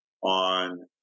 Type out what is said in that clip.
on